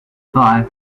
five